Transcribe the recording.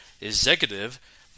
executive